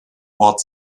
port